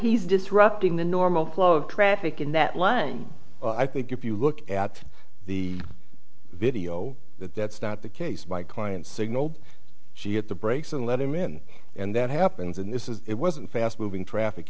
he's disrupting the normal flow of traffic in that line i think if you look at the video that that's not the case by client signaled she hit the brakes and let him in and that happens in this is it wasn't fast moving traffic